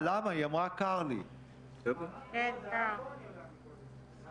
איתן מומלץ להיות יושב-ראש